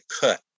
cut